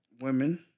Women